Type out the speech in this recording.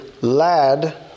lad